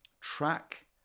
track